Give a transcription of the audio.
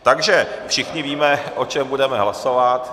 Takže všichni víme, o čem budeme hlasovat.